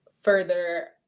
further